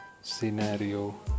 scenario